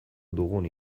dugun